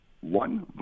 one